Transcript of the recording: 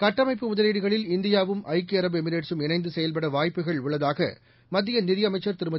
கட்டமைப்பு முதலீடுகளில் இந்தியாவும் ஐக்கிய அரபு எமிரேட்சும் இணைந்துசெயல்படவாய்ப்புகள் உள்ளதாகமத்தியநிதியமைச்சர் திருமதி